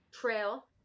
Trail